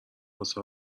واسه